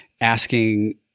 asking